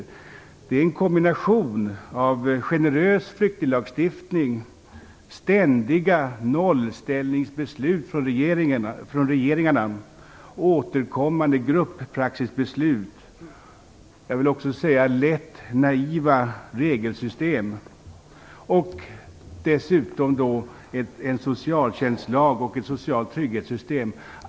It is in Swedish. Det handlar om en kombination av generös flyktinglagstiftning, ständiga nollställningsbeslut från regeringarna, återkommande gruppraxisbeslut och - det vill jag också säga - lätt naiva regelsystem samt dessutom en socialtjänstlag och ett socialt trygghetssystem.